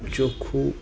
ચોખ્ખું